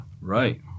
Right